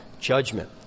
judgment